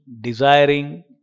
desiring